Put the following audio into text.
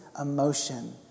emotion